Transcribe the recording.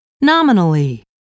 Nominally